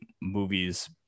movies